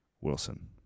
Wilson